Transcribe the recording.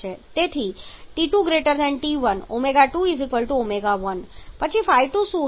તેથી T2 T1 ω2 ω1 તો પછી ϕ2 શું થશે